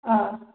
ꯑꯥ